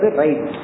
right